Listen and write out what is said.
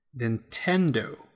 Nintendo